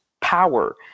power